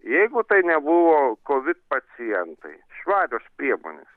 jeigu tai nebuvo kovid pacientai švarios priemonės